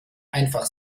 einfach